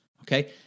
Okay